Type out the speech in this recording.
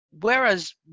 Whereas